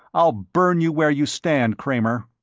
i'll burn you where you stand, kramer.